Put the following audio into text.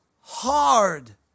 hard